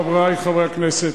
חברי חברי הכנסת,